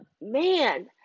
man